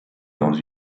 dans